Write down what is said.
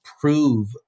prove